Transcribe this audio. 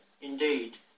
indeed